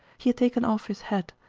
he had taken off his hat,